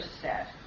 set